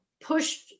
pushed